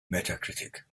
metacritic